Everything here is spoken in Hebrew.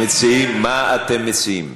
המציעים, מה אתם מציעים?